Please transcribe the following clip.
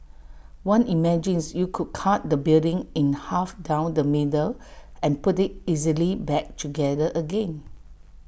one imagines you could cut the building in half down the middle and put IT easily back together again